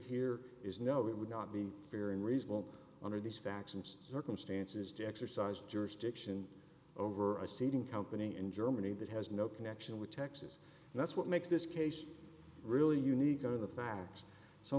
answer here is no it would not be fair and reasonable under these facts and circumstances to exercise jurisdiction over a seeding company in germany that has no connection with texas and that's what makes this case really unique are the facts so